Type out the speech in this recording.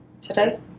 Today